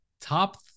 Top